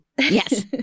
yes